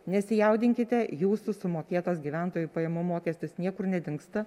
nesijaudinkite jūsų sumokėtas gyventojų pajamų mokestis niekur nedingsta